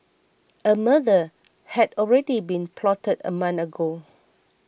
a murder had already been plotted a month ago